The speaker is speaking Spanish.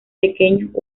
pequeños